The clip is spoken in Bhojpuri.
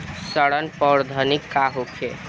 सड़न प्रधौगकी का होखे?